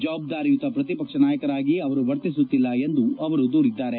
ಜವಾಬ್ದಾರಿಯುತ ಪ್ರತಿಪಕ್ಷ ನಾಯಕರಾಗಿ ಅವರು ವರ್ತಿಸುತ್ತಿಲ್ಲ ಎಂದು ದೂರಿದ್ದಾರೆ